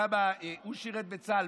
כמה הוא שירת בצה"ל,